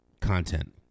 content